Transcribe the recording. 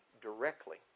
directly